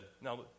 Now